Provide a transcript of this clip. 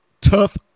tough